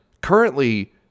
Currently